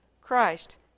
Christ